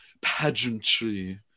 pageantry